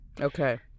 Okay